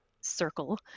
circle